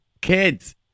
kids